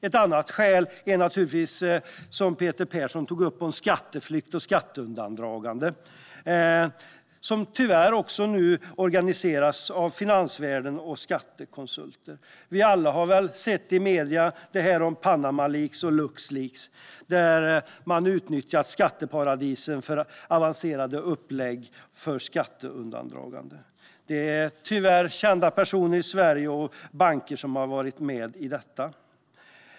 Ett annat skäl är naturligtvis, som Peter Persson tog upp, skatteflykt och skatteundandragande, som tyvärr nu också organiseras av finansvärlden och skattekonsulter. Vi har väl alla sett i medier om detta med Panama Leaks och Lux Leaks, där man utnyttjat skatteparadis för avancerade upplägg för skatteundandragande. Det är tyvärr kända personer i Sverige och banker som har varit med i detta.